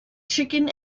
chicken